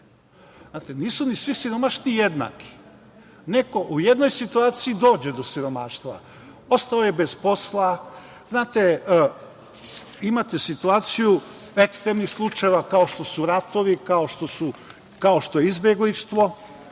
Znate, nisu ni svi siromašni jednaki, neko u jednoj situaciji dođe do siromaštva, ostao je bez posla. Znate, imate situaciju ekstremnih slučajeva kao što su ratovi, kao što je izbeglištvo,